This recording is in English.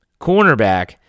cornerback